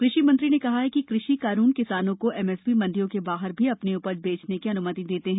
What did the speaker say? कृषिमंत्री ने कहा कि कृषि कानून किसानों को एपीएमसी मंडियों के बाहर भी अपनी उपज बेचने की अन्मति देते हैं